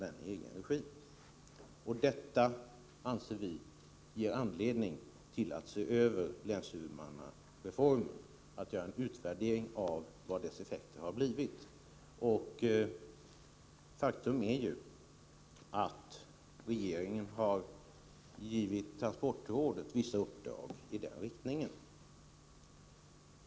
Vi anser att detta ger anledning att se över länshuvudmannareformen och att göra en utvärdering av vad dess effekter har blivit. Faktum är att regeringen har gett transportrådet vissa uppdrag i den riktningen.